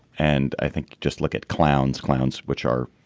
and i think just look at clowns. clowns, which are.